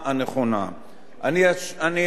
אני אתייחס גם לגופם של דברים,